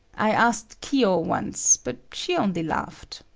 i asked kiyo once, but she only laughed.